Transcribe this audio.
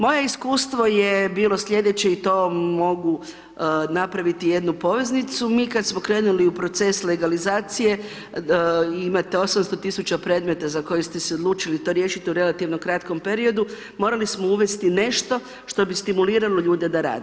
Moje iskustvo je bilo slijedeće i to mogu napraviti jednu poveznicu, mi kad smo krenuli u proces legalizacije, imate 800 000 predmeta za koje ste se odlučili to riješiti u relativno kratkom periodu, morali smo uvesti nešto što bi stimuliralo ljude da rade.